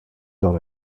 dans